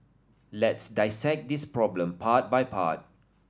let's dissect this problem part by part